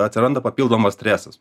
atsiranda papildomas stresas